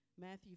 Matthew